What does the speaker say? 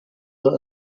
that